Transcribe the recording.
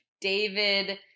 David